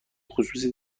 خصوصی